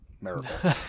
miracle